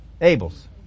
Abel's